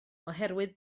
oherwydd